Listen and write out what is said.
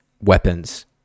weapons